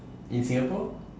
in singapore